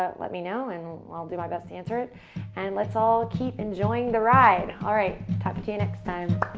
ah let me know and i'll do my best to answer it and let's all keep enjoying the ride. all right, talk to you next time.